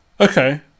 okay